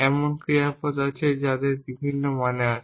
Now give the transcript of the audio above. এমন ক্রিয়াপদ আছে যাদের বিভিন্ন মানে আছে